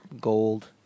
Gold